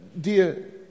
Dear